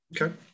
okay